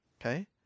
okay